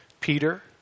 Peter